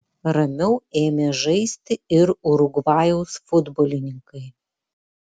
ramiau ėmė žaisti ir urugvajaus futbolininkai